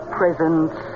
presence